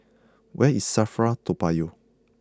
where is Safra Toa Payoh